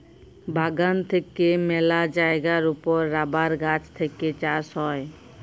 বাগান থেক্যে মেলা জায়গার ওপর রাবার গাছ থেক্যে চাষ হ্যয়